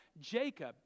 Jacob